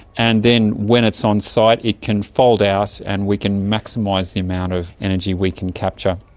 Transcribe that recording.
and then when it's on site it can fold out and we can maximise the amount of energy we can capture.